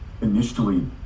initially